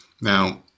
Now